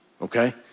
okay